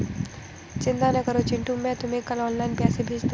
चिंता ना करो चिंटू मैं तुम्हें कल ऑनलाइन पैसे भेज दूंगा